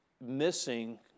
missing